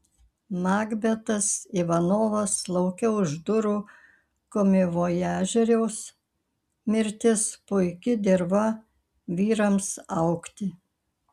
makbetas ivanovas lauke už durų komivojažieriaus mirtis puiki dirva vyrams augti